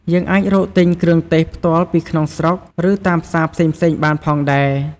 យើងអាចរកទិញគ្រឿងទេសផ្ទាល់ពីក្នុងស្រុក ឬតាមផ្សារផ្សេងៗបានផងដែរ។